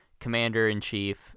Commander-in-Chief